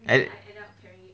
at